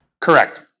Correct